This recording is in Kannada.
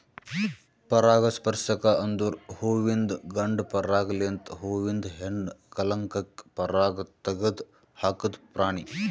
ಪರಾಗಸ್ಪರ್ಶಕ ಅಂದುರ್ ಹುವಿಂದು ಗಂಡ ಪರಾಗ ಲಿಂತ್ ಹೂವಿಂದ ಹೆಣ್ಣ ಕಲಂಕಕ್ಕೆ ಪರಾಗ ತೆಗದ್ ಹಾಕದ್ ಪ್ರಾಣಿ